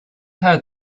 heard